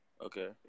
Okay